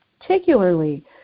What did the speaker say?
particularly